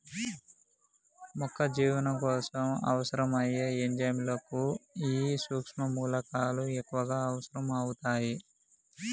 మొక్క జీవనం కోసం అవసరం అయ్యే ఎంజైముల కు ఈ సుక్ష్మ మూలకాలు ఎక్కువగా అవసరం అవుతాయి